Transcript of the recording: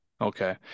Okay